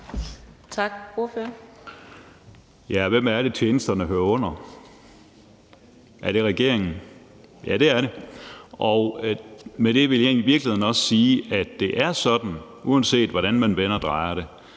og hvem er det, tjenesterne hører under? Er det regeringen? Ja, det er det. Og med det vil jeg egentlig i virkeligheden også sige, at det er sådan, uanset hvordan man vender og drejer det,